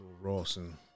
Rawson